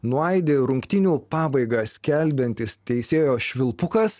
nuaidi rungtynių pabaigą skelbiantis teisėjo švilpukas